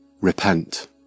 Repent